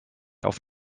auf